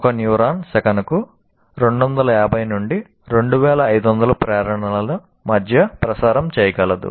ఒక న్యూరాన్ సెకనుకు 250 నుండి 2500 ప్రేరణల మధ్య ప్రసారం చేయగలదు